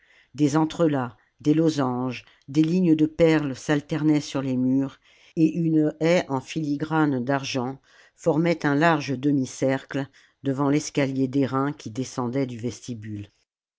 des entrelacs des losanges des lignes de perles s'alternaient sur les murs et une haie en filigrane d'argent formait un large demi-cercle devant l'escalier d'airain qui descendait du vestibule